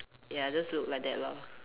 ya just look like that lor